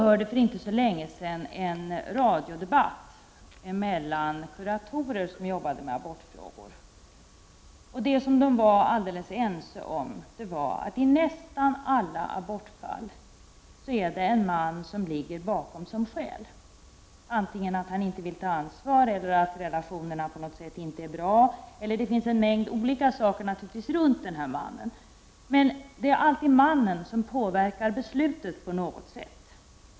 För inte så länge sedan åhörde jag en radiodebatt med kuratorer som jobbade med abortfrågor. Vad dessa var helt ense om var att det i nästan alla abortfall var mannen som var orsaken till aborten. Antingen ville mannen inte ta ansvar eller också var relationerna på något sätt inte bra. Det fanns en mängd olika orsaker som var att hänföra till mannen. Det är således alltid mannen som på något sätt påverkar abortbeslutet.